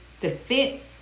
defense